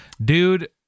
Dude